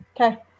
Okay